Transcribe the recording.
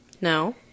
No